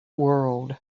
world